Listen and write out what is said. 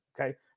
okay